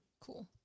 Cool